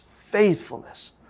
Faithfulness